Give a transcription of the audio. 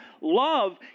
Love